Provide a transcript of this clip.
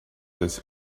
this